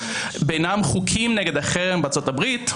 ביניהם חוקים נגד החרם בארצות הברית,